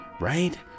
Right